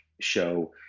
show